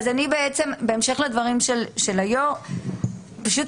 בהמשך לדברי היושב ראש,